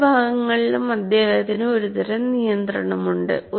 നാല് ഭാഗങ്ങളിലും അദ്ദേഹത്തിന് ഒരുതരം നിയന്ത്രണമുണ്ട്